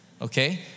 Okay